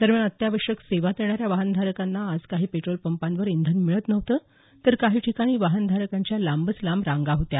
दरम्यान अत्यावश्यक सेवा देणाऱ्या वाहनधारकांना आज काही पेट्रोलपंपांवर इंधन मिळत नव्हतं तर काही ठिकाणी वाहन धारकांच्या लांबच लांब रांगा होत्या